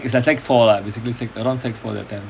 ya it's like it's like sec four around sec four that time